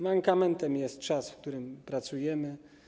Mankamentem jest czas, w którym pracujemy.